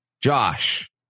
Josh